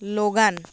Logan